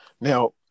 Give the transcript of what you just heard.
Now